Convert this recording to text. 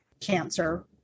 cancer